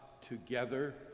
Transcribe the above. together